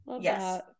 yes